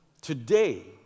Today